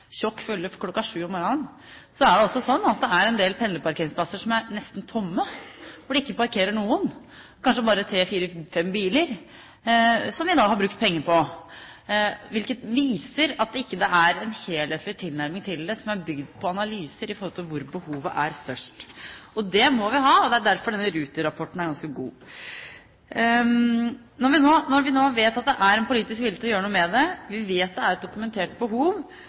sju om morgenen, så er det også sånn at det er en del pendlerparkeringsplasser som er nesten tomme, hvor det ikke parkerer noen – kanskje bare tre, fire, fem biler – og som vi da har brukt penger på, hvilket viser at det ikke er en helhetlig tilnærming til det som er bygd på analyser av hvor behovet er størst. Det må vi ha, og det er derfor denne Ruter-rapporten er ganske god. Når vi nå vet at det er en politisk vilje til å gjøre noe med det, vi vet det er et dokumentert behov